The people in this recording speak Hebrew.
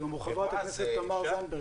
חברת הכנסת תמר זנדברג.